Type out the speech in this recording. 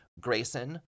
Grayson